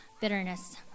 bitterness